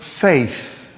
faith